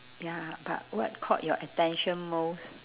ya but what caught your attention most